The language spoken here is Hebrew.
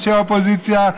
אנשי האופוזיציה,